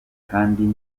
kandi